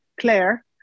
Claire